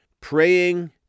praying